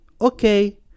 Okay